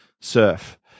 surf